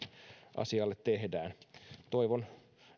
asialle tehdään toivon